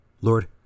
Lord